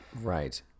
Right